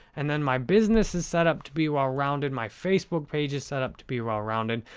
and then, my business is set up to be well-rounded, my facebook page is set up to be well-rounded.